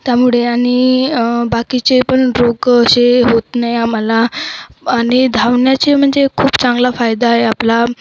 त्यामुळे आणि बाकीचे पण रोग असे होत नाही आम्हाला आणि धावण्याचे म्हणजे खूप चांगला फायदा आहे आपला